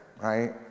right